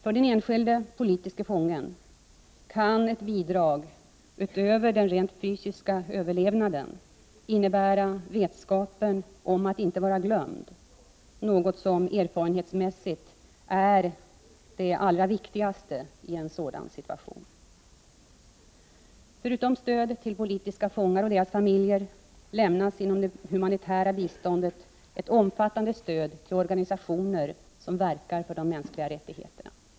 För den enskilde politiske fången kan ett bidrag — utöver den rent fysiska överlevnaden — innebära vetskapen om att inte vara glömd, något som erfarenhetsmässigt är det allra viktigaste i en sådan situation. Förutom stöd till politiska fångar och deras familjer lämnas inom det humanitära biståndet ett omfattande stöd till organisationer som verkar för de mänskliga rättigheterna.